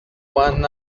one